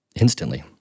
instantly